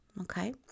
okay